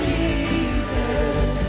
Jesus